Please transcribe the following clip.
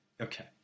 Okay